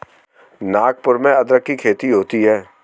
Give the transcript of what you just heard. नागपुर में अदरक की खेती होती है